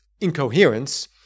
incoherence